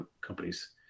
companies